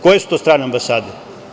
Koje su to strane ambasade?